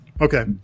Okay